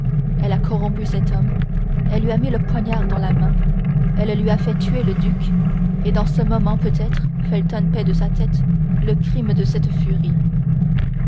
elle a corrompu cet homme elle lui a mis le poignard dans la main elle lui a fait tuer le duc et dans ce moment peut-être felton paie de sa tête le crime de cette furie